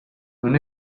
non